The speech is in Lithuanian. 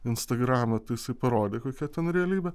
į instagramą tai jisai parodė kokia ten realybė